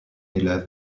élève